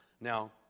Now